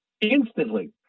Instantly